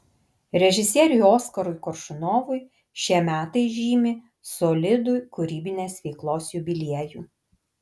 režisieriui oskarui koršunovui šie metai žymi solidų kūrybinės veiklos jubiliejų